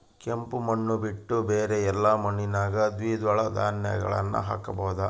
ಕೆಂಪು ಮಣ್ಣು ಬಿಟ್ಟು ಬೇರೆ ಎಲ್ಲಾ ಮಣ್ಣಿನಾಗ ದ್ವಿದಳ ಧಾನ್ಯಗಳನ್ನ ಹಾಕಬಹುದಾ?